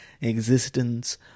existence